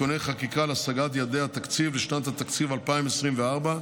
(תיקוני חקיקה להשגת יעדי התקציב לשנות התקציב 2024),